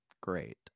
great